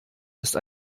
ist